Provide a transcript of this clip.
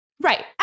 right